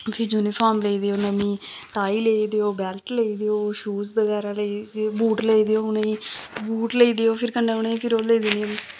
फ्ही यूनिफार्म लेई देओ नमीं टाई लेई देओ बैल्ट लेई देओ शूज़ बगैरा लेई देओ बूट लेई देओ उ'नेंगी बूट लेई देओ फिर कन्नै उ'नेंगी फिर ओह् लेई देनी